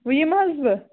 وُنۍ یِمہٕ حظ بہٕ